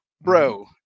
Bro